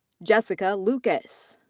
jessica lucas.